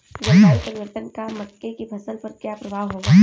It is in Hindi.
जलवायु परिवर्तन का मक्के की फसल पर क्या प्रभाव होगा?